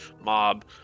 mob